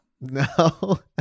no